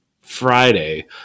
friday